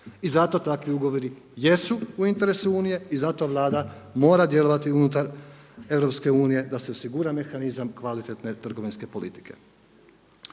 I zato takvi ugovori jesu u interesu Unije i zato Vlada mora djelovati unutar EU da se osigura mehanizam kvalitetne trgovinske politike.